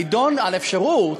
כשנדונה אפשרות